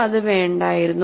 നമുക്ക് അത് വേണ്ടായിരുന്നു